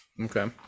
okay